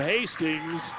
Hastings